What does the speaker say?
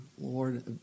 Lord